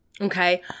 Okay